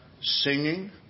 singing